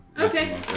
Okay